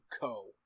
co